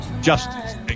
justice